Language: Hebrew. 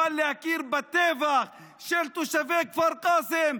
אבל להכיר בטבח של תושבי כפר קאסם,